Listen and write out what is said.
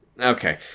okay